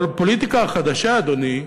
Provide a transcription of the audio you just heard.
אבל פוליטיקה חדשה, אדוני,